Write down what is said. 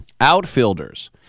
Outfielders